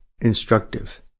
instructive